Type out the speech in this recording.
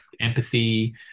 Empathy